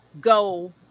go